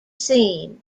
seen